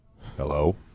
Hello